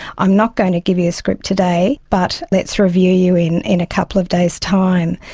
i'm not going to give you a script today, but let's review you in in a couple of days' time'.